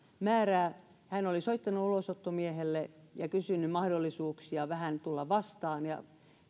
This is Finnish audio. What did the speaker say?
määrää hän oli soittanut ulosottomiehelle ja kysynyt mahdollisuuksia vähän tulla vastaan ja